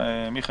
מיכאל,